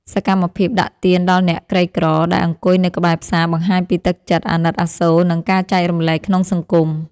សកម្មភាពដាក់ទានដល់អ្នកក្រីក្រដែលអង្គុយនៅក្បែរផ្សារបង្ហាញពីទឹកចិត្តអាណិតអាសូរ និងការចែករំលែកក្នុងសង្គម។